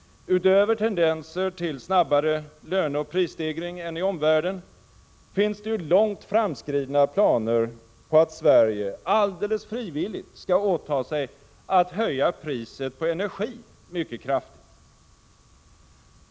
Utöver tendenser till snabbare löneoch prisstegring än i omvärlden finns det ju långt framskridna planer på att Sverige alldeles frivilligt skall åta sig att höja priset på energi mycket kraftigt.